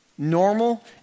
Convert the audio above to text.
Normal